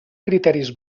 criteris